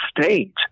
state